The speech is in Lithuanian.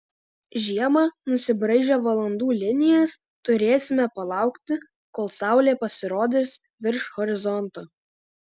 žiemą nusibraižę valandų linijas turėsime palaukti kol saulė pasirodys virš horizonto